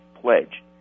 pledge